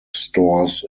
stores